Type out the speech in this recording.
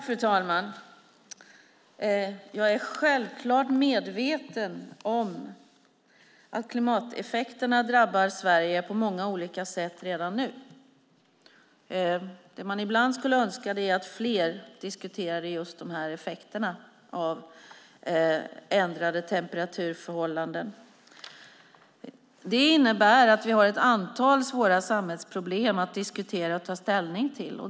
Fru talman! Jag är självklart medveten om att klimateffekterna drabbar Sverige på många olika sätt redan nu. Det man ibland skulle önska är att fler diskuterade effekterna av ändrade temperaturförhållanden. Det innebär att vi har ett antal svåra samhällsproblem att diskutera och ta ställning till.